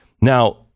Now